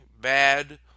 bad